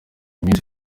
minsi